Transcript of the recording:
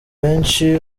benshi